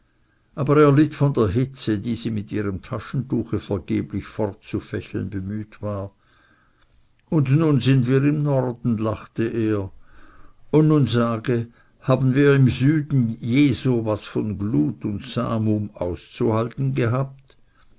aber er litt von der hitze die sie mit ihrem taschentuche vergeblich fortzufächeln bemüht war und nun sind wir im norden lachte er und nun sage haben wir im süden je so was von glut und samum auszuhalten gehabt